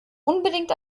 unbedingt